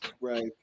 Right